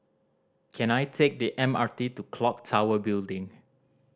can I take the M R T to Clock Tower Building